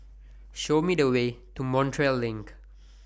Show Me The Way to Montreal LINK